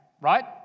Right